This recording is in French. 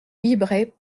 vibraient